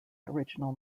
original